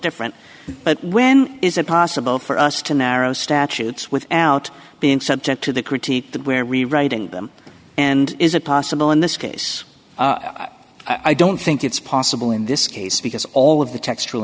different but when is it possible for us to narrow statutes without being subject to the critique that where rewriting them and is it possible in this case i don't think it's possible in this case because all of the textur